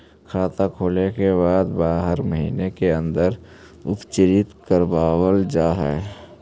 खाता खोले के बाद बारह महिने के अंदर उपचारित करवावल जा है?